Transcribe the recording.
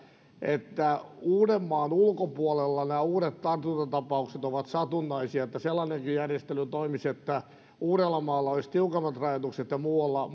että koska uudenmaan ulkopuolella nämä uudet tartuntatapaukset ovat satunnaisia niin sellainenkin järjestely toimisi että uudellamaalla olisi tiukemmat rajoitukset ja muualla